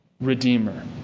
redeemer